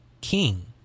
king